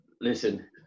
Listen